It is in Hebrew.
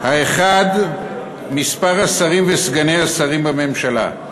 האחד, מספר השרים וסגני השרים בממשלה,